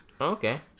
Okay